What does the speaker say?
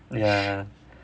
ya